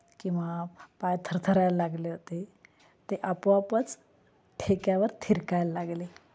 किंवा पाय थरथरायला लागले होते ते आपोआपच ठेक्यावर थिरकायला लागले